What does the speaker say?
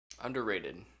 Underrated